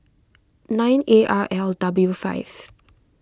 nine A R L W five